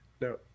No